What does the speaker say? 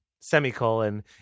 Semicolon